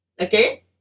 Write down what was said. Okay